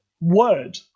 word